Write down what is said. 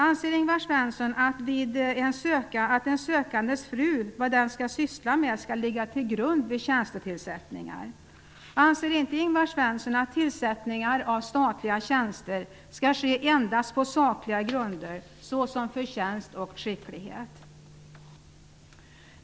Anser Ingvar Svensson att vad den sökandes fru skall syssla med skall ligga till grund vid tjänstetillsättningar? Anser inte Ingvar Svensson att tillsättningar av statliga tjänster skall ske endast på sakliga grunder såsom förtjänst och skicklighet?